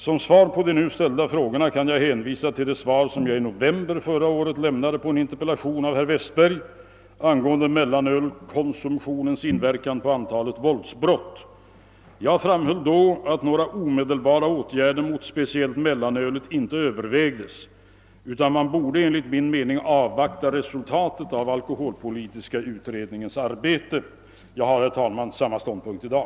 Som svar på de nu ställda frågorna kan jag hänvisa till det svar som jag i november förra året lämnade på en interpellation av herr Westberg angående mellanölskonsumtionens inverkan på antalet våldsbrott. Jag framhöll då, att några omedelbara åtgärder mot speciellt mellanölet inte övervägdes utan man borde enligt min mening avvakta resultatet av alkoholpolitiska utredningens arbete. Jag har samma ståndpunkt i dag.